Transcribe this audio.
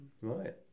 Right